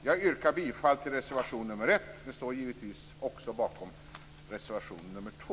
Jag yrkar bifall till reservation nr 1 men står givetvis också bakom reservation nr 2.